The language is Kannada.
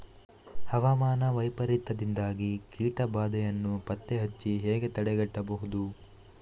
ಹವಾಮಾನ ವೈಪರೀತ್ಯದಿಂದಾಗಿ ಕೀಟ ಬಾಧೆಯನ್ನು ಪತ್ತೆ ಹಚ್ಚಿ ಹೇಗೆ ತಡೆಗಟ್ಟಬಹುದು?